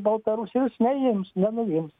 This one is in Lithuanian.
baltarusijos neims nenuims